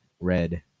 red